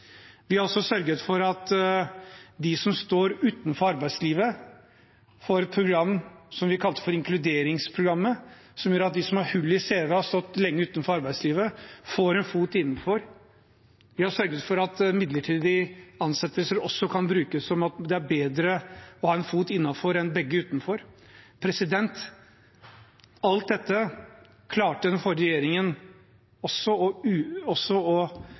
Vi har også sørget for at de som står utenfor arbeidslivet, får et program vi kalte for inkluderingsprogrammet, som gjør at de som har hull i cv-en og har stått lenge utenfor arbeidslivet, får en fot innenfor. Vi har sørget for at midlertidige ansettelser også kan brukes på den måten at det er bedre å ha én fot innenfor enn begge utenfor. Alt dette klarte den forrige regjeringen